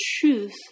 truth